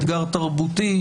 אתגר תרבותי,